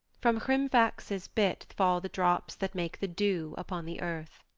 from hrimfaxe's bit fall the drops that make the dew upon the earth.